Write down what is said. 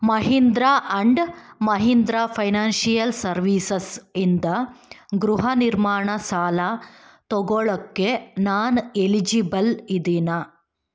Mahindra and Mahindra financial services ಇಂದ ಗೃಹ ನಿರ್ಮಾಣ ಸಾಲ ತೊಗೊಳ್ಳೋಕ್ಕೆ ನಾನು ಎಲಿಜಿಬಲ್ ಇದೀನಾ